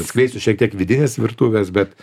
atskleisiu šiek tiek vidinės virtuvės bet